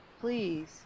Please